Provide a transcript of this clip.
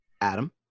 Adam